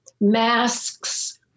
masks